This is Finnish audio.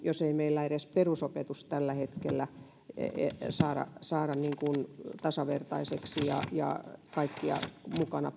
jos ei meillä edes perusopetusta tällä hetkellä saada saada tasavertaiseksi ja ja pitämään kaikkia mukana